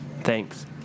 thanks